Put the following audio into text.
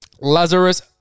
Lazarus